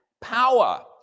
power